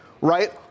right